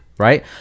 right